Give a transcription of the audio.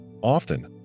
Often